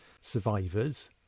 Survivors